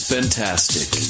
Fantastic